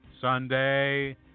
Sunday